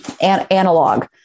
analog